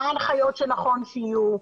מה ההנחיות שנכון שיהיו,